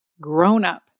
grown-up